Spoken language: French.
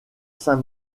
saint